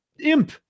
imp